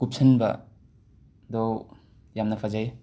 ꯀꯨꯞꯁꯟꯕꯗꯣ ꯌꯥꯝꯅ ꯐꯖꯩ